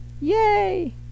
Yay